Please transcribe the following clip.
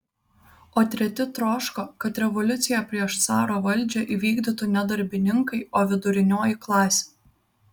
o treti troško kad revoliuciją prieš caro valdžią įvykdytų ne darbininkai o vidurinioji klasė